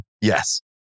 Yes